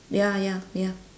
ya ya ya